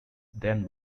then